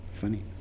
Funny